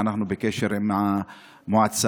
אנחנו בקשר עם המועצה,